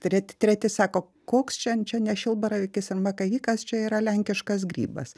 treti treti sako koks čian čia ne šilbaravykis ar makavykas čia yra lenkiškas grybas